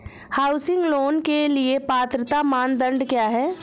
Housing loan के लिए पात्रता मानदंड क्या हैं?